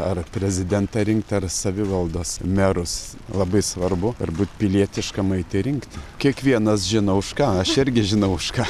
ar prezidentą rinkti ar savivaldos merus labai svarbu ir būt pilietiškam eiti rinkti kiekvienas žino už ką aš irgi žinau už ką